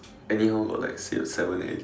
anyhow got like six seven alley